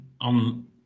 on